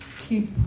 Keep